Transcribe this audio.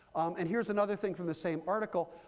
and here's another thing from the same article.